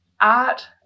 art